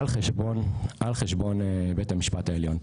על חשבון על חשבון בית המשפט העליון.